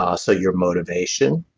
ah so your motivation.